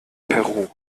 peru